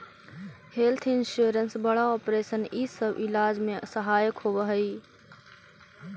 health insurance बड़ा operation इ सब इलाज में सहायक होवऽ हई